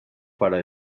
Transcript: para